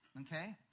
okay